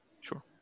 sure